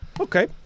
Okay